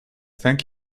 thank